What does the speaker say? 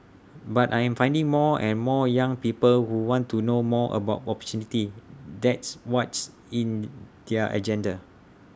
but I'm finding more and more young people who want to know more about opportunity that's what's in their agenda